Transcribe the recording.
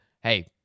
hey